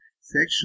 section